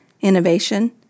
innovation